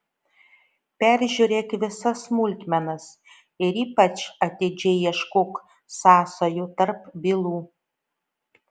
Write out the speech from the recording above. peržiūrėk visas smulkmenas ir ypač atidžiai ieškok sąsajų tarp bylų